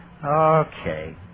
Okay